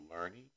learning